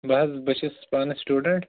بہٕ حظ بہٕ چھُس پانہٕ سِٹوٗڈنٛٹ